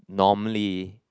normally